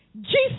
Jesus